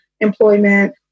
employment